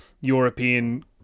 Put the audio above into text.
European